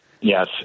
Yes